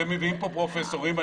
אתם מביעים לכאן פרופסורים.